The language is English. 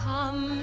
Come